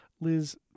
Liz